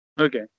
Okay